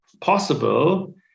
possible